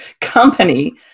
company